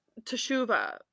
teshuva